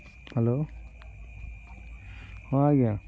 hello ହଁ ଆଜ୍ଞା